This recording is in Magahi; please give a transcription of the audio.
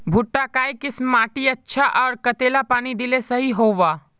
भुट्टा काई किसम माटित अच्छा, आर कतेला पानी दिले सही होवा?